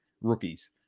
rookies